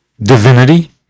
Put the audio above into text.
divinity